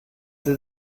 sie